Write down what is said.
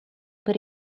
per